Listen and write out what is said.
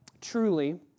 Truly